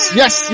yes